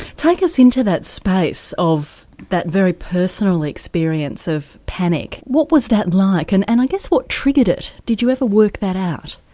take us into that space of that very personal experience of panic. what was that like? and, and i guess, what triggered it? did you ever work that out?